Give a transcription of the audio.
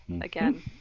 again